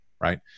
Right